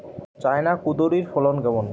China কুঁদরীর ফলন কেমন?